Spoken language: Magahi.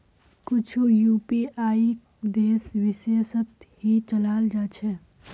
कुछु यूपीआईक देश विशेषत ही चलाल जा छे